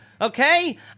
Okay